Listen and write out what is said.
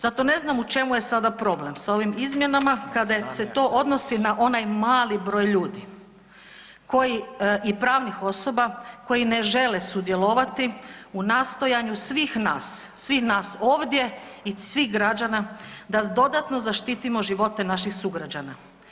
Zato ne znam u čemu je sada problem sa ovim izmjenama kada se to odnosi na onaj mali broj ljudi koji, i pravnih osoba koji ne žele sudjelovati u nastojanju svih nas, svih nas ovdje i svih građana da dodatno zaštitimo život naših sugrađana.